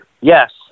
Yes